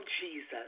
Jesus